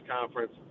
conference